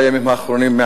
בימים האחרונים,